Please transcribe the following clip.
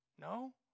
No